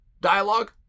dialogue